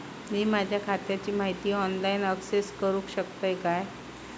मी माझ्या खात्याची माहिती ऑनलाईन अक्सेस करूक शकतय काय?